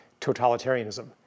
totalitarianism